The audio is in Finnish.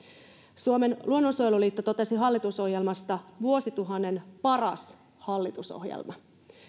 suomen luonnonsuojeluliitto totesi hallitusohjelmasta vuosituhannen paras hallitusohjelma